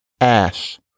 ash